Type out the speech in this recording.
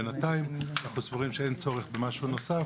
בינתיים אנחנו סבורים שאין צורך במשהו נוסף,